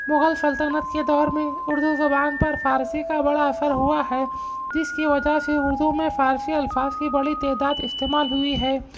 مغل سلطنت کے دور میں اردو زبان پر فارسی کا بڑا اثر ہوا ہے جس کی وجہ سے اردو میں فارسی الفاظ کی بڑی تعداد استعمال ہوئی ہے